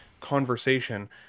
conversation